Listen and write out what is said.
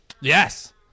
Yes